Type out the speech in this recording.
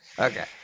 Okay